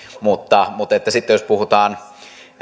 mutta mutta sitten jos puhutaan